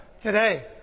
today